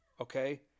okay